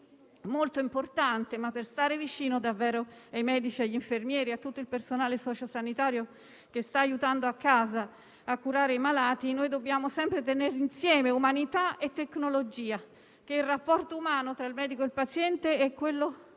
molto importante. Ma, per stare vicino davvero ai medici, agli infermieri e a tutto il personale socio-sanitario che va nelle case dei pazienti e aiuta a curare i malati, dobbiamo sempre tenere insieme umanità e tecnologia, perché il rapporto umano tra il medico e il paziente è quello più